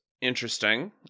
interesting